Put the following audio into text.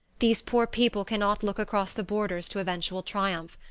these poor people cannot look across the borders to eventual triumph.